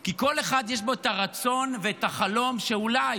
כי בכל אחד יש את הרצון ואת החלום שאולי,